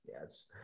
Yes